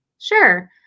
Sure